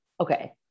okay